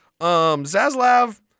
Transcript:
Zaslav